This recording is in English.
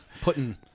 Putting